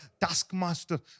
taskmaster